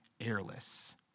airless